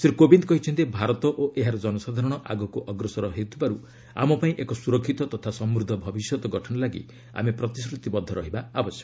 ଶ୍ରୀ କୋବିନ୍ଦ କହିଛନ୍ତି ଭାରତ ଓ ଏହାର ଜନସାଧାରଣ ଆଗକୁ ଅଗ୍ରସର ହେଉଥିବାରୁ ଆମପାଇଁ ଏକ ସ୍ୱରକ୍ଷିତ ତଥା ସମୃଦ୍ଧ ଭବିଷ୍ୟତ ଗଠନ ଲାଗି ଆମେ ପ୍ରତିଶ୍ରତିବଦ୍ଧ ରହିବା ଉଚିତ